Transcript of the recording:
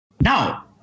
Now